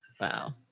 Wow